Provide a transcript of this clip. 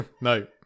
No